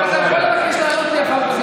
אבל אתה יכול לבקש לענות לי אחר כך.